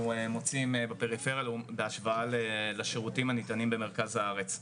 מוצאים בפריפריה בהשוואה לשירותים הניתנים במרכז הארץ.